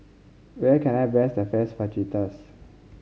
where can I best the first Fajitas